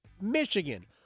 Michigan